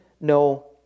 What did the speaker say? no